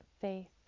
faith